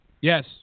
Yes